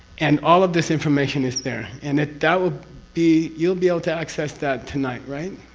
and all of this information is there and that that will be. you'll be able to access that tonight? right?